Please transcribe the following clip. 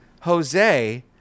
Jose